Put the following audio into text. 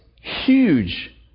huge